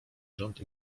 rząd